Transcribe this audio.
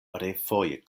refoje